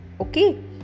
Okay